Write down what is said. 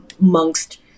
amongst